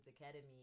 Academy